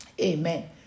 Amen